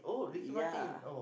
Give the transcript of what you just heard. ya